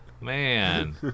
Man